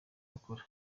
bakora